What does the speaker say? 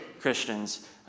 Christians